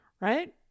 right